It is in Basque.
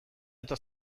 eta